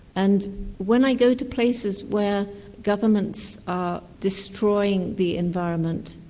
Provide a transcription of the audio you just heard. and when i go to places where governments are destroying the environment,